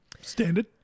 Standard